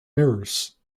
mirrors